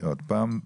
עוד פעם,